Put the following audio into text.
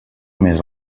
més